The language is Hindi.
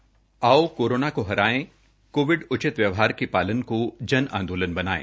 आओ कोरोना को हराए कोविड उचित व्यवहार के पालन को जन आंदोलन बनायें